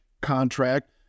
contract